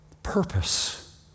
purpose